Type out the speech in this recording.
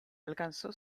alcanzó